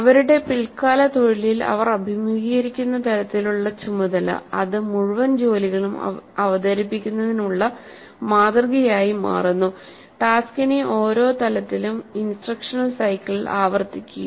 അവരുടെ പിൽക്കാല തൊഴിലിൽ അവർ അഭിമുഖീകരിക്കുന്ന തരത്തിലുള്ള ചുമതല അത് മുഴുവൻ ജോലികളും അവതരിപ്പിക്കുന്നതിനുള്ള മാതൃകയായി മാറുന്നു